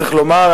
צריך לומר,